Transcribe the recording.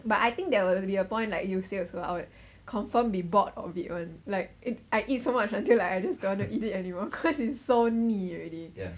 but I think there will be a point like you say also I will confirm be bored of it one like I I eat so much until like I just don't wanna eat it anymore cause it's so 腻 already